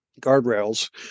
guardrails